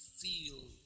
feel